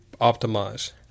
optimize